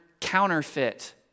counterfeit